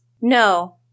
No